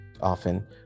often